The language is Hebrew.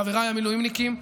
חבריי המילואימניקים,